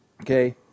Okay